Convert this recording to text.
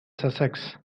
sussex